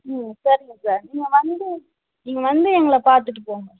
ம் சரிங்க சார் நீங்கள் வந்து நீங்கள் வந்து எங்களை பார்த்துட்டு போங்க